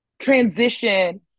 transition